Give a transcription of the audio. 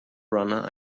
runner